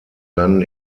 landen